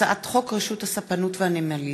הצעת חוק רשות הספנות והנמלים